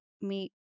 meet